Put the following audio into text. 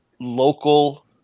local